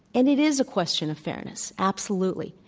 and it is a question of fairness, absolutely.